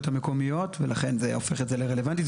המקומיות ולכן זה הופך את זה לרלוונטי.